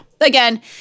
Again